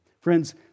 Friends